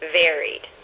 varied